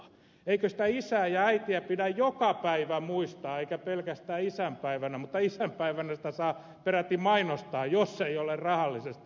eikö sitä isää ja äitiä pidä joka päivä muistaa eikä pelkästään isänpäivänä mutta isänpäivänä sitä saa peräti mainostaa jos se ei ole rahallisesti merkittävä